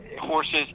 horses